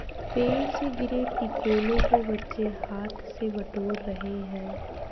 पेड़ से गिरे टिकोलों को बच्चे हाथ से बटोर रहे हैं